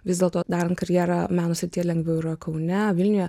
vis dėlto darant karjerą meno srityje lengviau yra kaune vilniuje